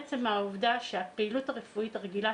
עצם העובדה שהפעילות הרפואית הרגילה